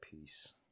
peace